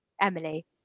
Emily